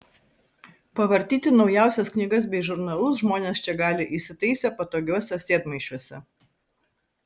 pavartyti naujausias knygas bei žurnalus žmonės čia gali įsitaisę patogiuose sėdmaišiuose